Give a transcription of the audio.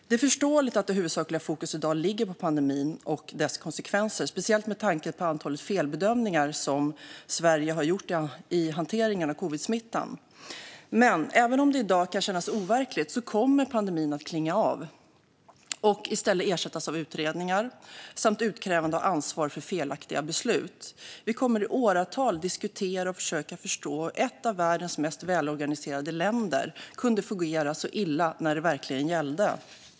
Det är förståeligt att det huvudsakliga fokuset i dag ligger på pandemin och dess konsekvenser, speciellt med tanke på antalet felbedömningar som Sverige har gjort i hanteringen av covidsmittan. Men även om det i dag kan kännas overkligt kommer pandemin att klinga av och i stället ersättas av utredningar samt utkrävande av ansvar för felaktiga beslut. Vi kommer i åratal att diskutera och försöka förstå hur ett av världens mest välorganiserade länder kunde fungera så illa när det verkligen gällde.